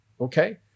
Okay